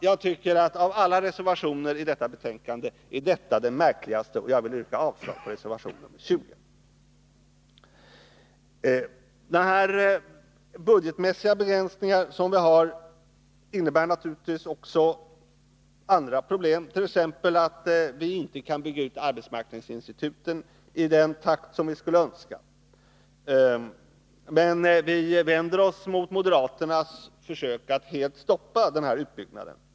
Jag tycker att av alla reservationer i detta betänkande är denna den märkligaste, och jag vill yrka avslag på reservationen 20. De budgetmässiga begränsningar som vi har innebär naturligtvis också andra problem, t.ex. att vi inte kan bygga ut arbetsmarknadsinstituten i den takt vi skulle önska, men vi vänder oss mot moderaternas försök att helt stoppa denna utbyggnad.